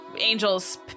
angel's